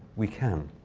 we can.